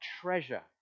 treasure